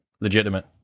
legitimate